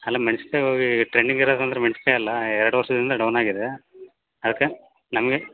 ಅಲ್ಲ ಮೆಣ್ಸಿನ್ಕಾಯಿ ಹೋಗಿ ಟ್ರೆಂಡಿಂಗ್ ಇರೋದಂದ್ರೆ ಮೆಣಸಿನ್ಕಾಯಿ ಅಲ್ಲ ಎರಡು ವರ್ಷದಿಂದ ಡೌನ್ ಆಗಿದೆ ಅದ್ಕೆ ನಮಗೆ